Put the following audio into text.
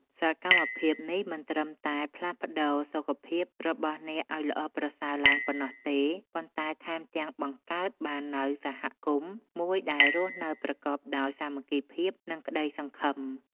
សកម្មភាពនេះមិនត្រឹមតែផ្លាស់ប្តូរសុខភាពរបស់អ្នកឱ្យល្អប្រសើរឡើងប៉ុណ្ណោះទេ ប៉ុន្តែថែមទាំងបង្កើតបាននូវសហគមន៍មួយដែលរស់នៅប្រកបដោយសាមគ្គីភាព និងក្តីសង្ឃឹម។